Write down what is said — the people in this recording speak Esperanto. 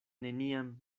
neniam